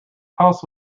house